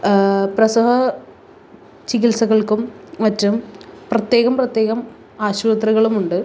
പ്രസവ ചികിത്സകൾക്കും മറ്റും പ്രത്യേകം പ്രത്യേകം ആശുപത്രികളുമുണ്ട്